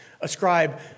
Ascribe